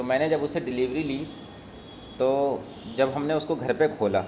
میں نے جب اس سے ڈلیوری لی تو جب ہم نے اس کو گھر پہ کھولا